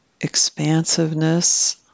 expansiveness